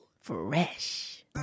Fresh